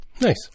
Nice